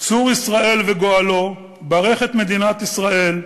צור ישראל וגואלו, ברך את מדינת ישראל,